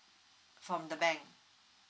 from the bank